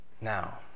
Now